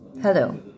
hello